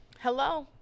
Hello